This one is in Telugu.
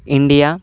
ఇండియా